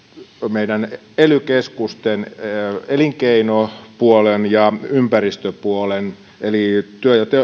meidän ely keskusten elinkeinopuolen ja ympäristöpuolen eli